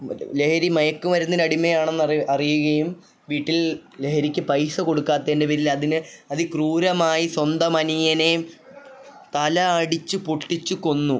മറ്റേ ലഹരി മയക്കുമരുന്നിന് അടിമയാണെന്ന് അറിയുകയും വീട്ടിൽ ലഹരിക്ക് പൈസ കൊടുക്കാത്തതിൻ്റെ പേരിലതിന് അതിക്രൂരമായി സ്വന്തം അനിയനേയും തല അടിച്ചു പൊട്ടിച്ച് കൊന്നു